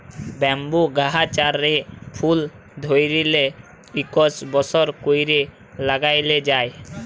bamboo গাহাচের ফুল ধ্যইরতে ইকশ বসর ক্যইরে ল্যাইগে যায়